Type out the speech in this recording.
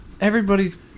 Everybody's